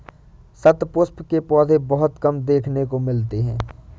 शतपुष्प के पौधे बहुत कम देखने को मिलते हैं